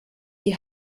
die